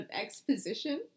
exposition